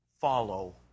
Follow